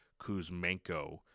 Kuzmenko